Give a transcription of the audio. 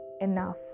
enough